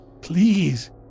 Please